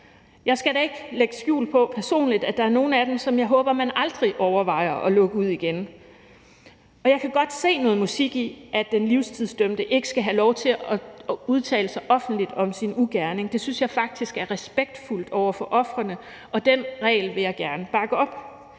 Jeg skal da ikke lægge skjul på, at der personligt er nogle af dem, jeg håber, man aldrig overvejer at lukke ud igen. Jeg kan godt se noget musik i, at den livstidsdømte ikke skal have lov til at udtale sig offentligt om sin ugerning. Det synes jeg faktisk er respektfuldt over for ofrene, og den regel vil jeg gerne bakke op.